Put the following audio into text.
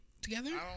together